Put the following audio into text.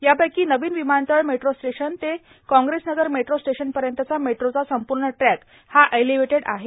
यापैकी नवीन विमानतळ मेट्रो स्टेशन ते काँग्रेस नगर मेट्रो स्टेशनपर्यंत मेट्रोचा संपूर्ण ट्रॅक हा एलिव्हेटेड आहे